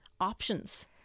options